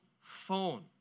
phone